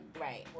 Right